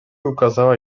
ukazała